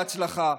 בהצלחה,